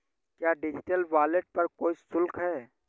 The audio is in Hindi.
क्या डिजिटल वॉलेट पर कोई शुल्क है?